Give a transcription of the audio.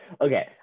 Okay